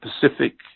Pacific